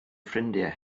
ffrindiau